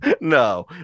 No